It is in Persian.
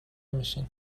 میشین